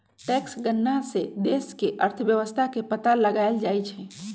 tax गणना से देश के अर्थव्यवस्था के पता लगाएल जाई छई